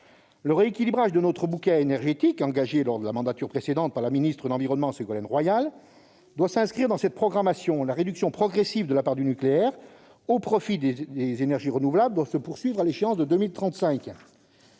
Le rééquilibrage de notre bouquet énergétique, engagé lors de la mandature précédente par la ministre de l'environnement, Ségolène Royal, s'inscrit aussi dans cette programmation. La réduction progressive de la part du nucléaire au profit des énergies renouvelables doit se poursuivre à l'échéance de 2035.